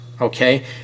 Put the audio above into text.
okay